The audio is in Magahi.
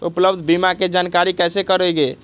उपलब्ध बीमा के जानकारी कैसे करेगे?